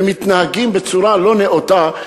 ומתנהגים בצורה לא נאותה,